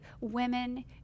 women